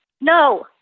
No